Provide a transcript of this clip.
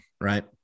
right